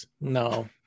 No